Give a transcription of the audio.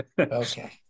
Okay